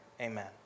amen